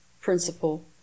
principle